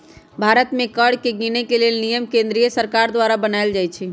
भारत में कर के गिनेके लेल नियम केंद्रीय सरकार द्वारा बनाएल जाइ छइ